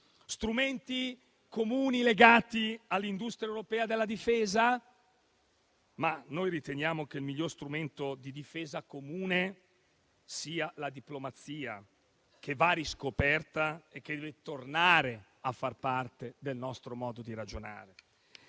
strumenti comuni legati all'industria europea della difesa, ma noi riteniamo che il miglior strumento di difesa comune sia la diplomazia, che va riscoperta e deve tornare a far parte del nostro modo di ragionare.